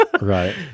Right